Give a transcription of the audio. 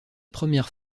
première